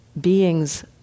beings